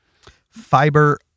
Fiber